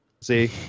See